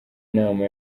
nama